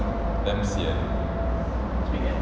damn sian